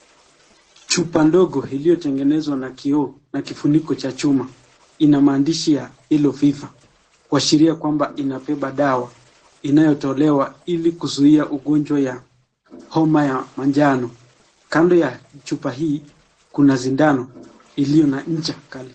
Chupa ndogo ilitengenezwa na kioo na kifuniko na chuma ina maandishi ya yellow fever kuashiria kwamba inabeba dawa inayotolewa ili kuzuia ugonjwa ya homa ya manjano kando ya chupa hii kuna sindano iliyo na ncha kali.